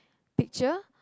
picture